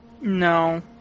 No